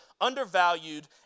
undervalued